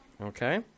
okay